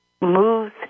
moves